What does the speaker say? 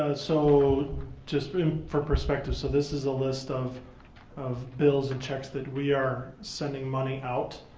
so just for perspective. so this is a list of of bills and checks that we are sending money out.